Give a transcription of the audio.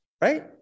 right